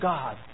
God